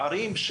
בערים,